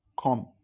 come